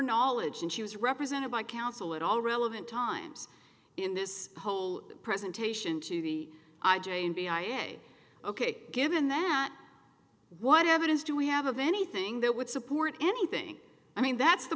knowledge and she was represented by counsel at all relevant times in this whole presentation to the i j a n b i a ok given that what evidence do we have of anything that would support anything i mean th